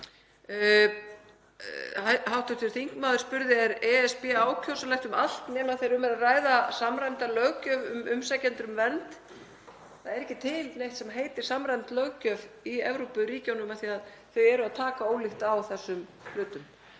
Hv. þingmaður spurði: Er ESB ákjósanlegt um allt nema þegar um er að ræða samræmda löggjöf um umsækjendur um vernd? Það er ekki til neitt sem heitir samræmd löggjöf í Evrópuríkjunum af því að þau taka ólíkt á þessum hlutum.